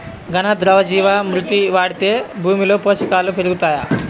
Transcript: ఘన, ద్రవ జీవా మృతి వాడితే భూమిలో పోషకాలు పెరుగుతాయా?